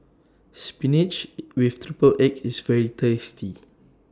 Spinach with Triple Egg IS very tasty